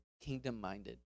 kingdom-minded